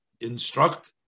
instruct